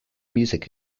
music